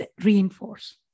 reinforce